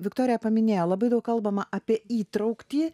viktorija paminėjo labai daug kalbama apie įtrauktį